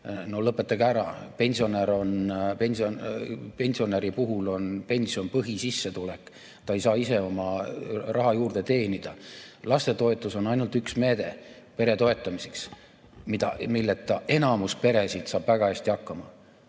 No lõpetage ära! Pensionäri puhul on pension põhisissetulek, ta ei saa ise oma raha juurde teenida. Lapsetoetus on ainult üks meede pere toetamiseks, milleta enamik peresid saab väga hästi hakkama.